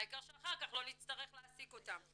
העיקר שאחר כך לא נצטרך להעסיק אותם".